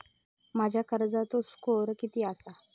माझ्या कर्जाचो स्कोअर किती आसा?